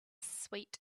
sweet